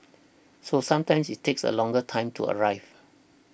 so sometimes it takes a longer time to arrive